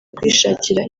kwishakira